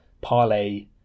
parlay